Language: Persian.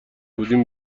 بودیم